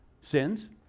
sins